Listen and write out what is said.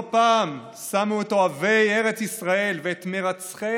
לא פעם שמו את אוהבי ארץ ישראל ואת מרצחי